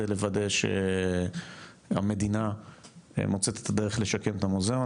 זה לוודא שהמדינה מוצאת את הדרך לשקם את המוזיאון,